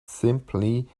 simply